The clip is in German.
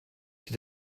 die